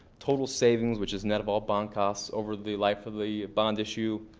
total savings which is net of all bond costs over the life of the bond issue,